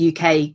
UK